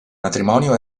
matrimonio